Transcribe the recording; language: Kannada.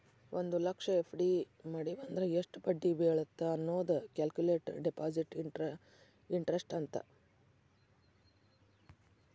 ಒಂದ್ ಲಕ್ಷ ಎಫ್.ಡಿ ಮಡಿವಂದ್ರ ಎಷ್ಟ್ ಬಡ್ಡಿ ಬೇಳತ್ತ ಅನ್ನೋದ ಕ್ಯಾಲ್ಕುಲೆಟ್ ಡೆಪಾಸಿಟ್ ಇಂಟರೆಸ್ಟ್ ಅಂತ